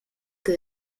que